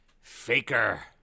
Faker